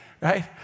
right